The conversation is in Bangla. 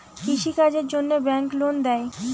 কৃষি কাজের জন্যে ব্যাংক লোন দেয়?